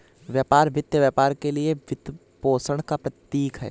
व्यापार वित्त व्यापार के लिए वित्तपोषण का प्रतीक है